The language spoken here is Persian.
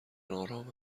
آرام